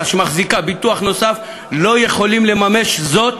שמחזיקים ביטוח נוסף לא יכולים לממש זאת